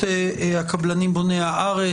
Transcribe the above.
הקבלנים בוני הארץ,